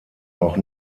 auch